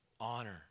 honor